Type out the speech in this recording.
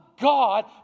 God